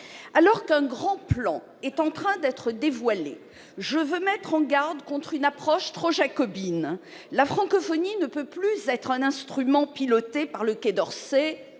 Alors qu'un grand plan est en train d'être dévoilé, je veux mettre en garde contre une approche trop jacobine. La francophonie ne peut plus être un instrument piloté par le Quai d'Orsay